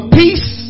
peace